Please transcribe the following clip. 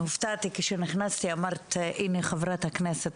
כשנכנסתי אמרת: הינה חברת הכנסת,